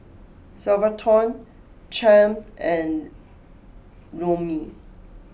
Salvatore Champ and Romie